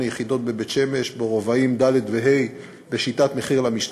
יחידות בבית-שמש ברבעים ד' וה' בשיטת מחיר למשתכן.